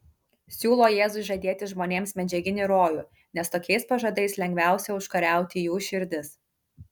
siūlo jėzui žadėti žmonėms medžiaginį rojų nes tokiais pažadais lengviausia užkariauti jų širdis